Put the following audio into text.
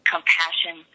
compassion